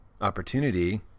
opportunity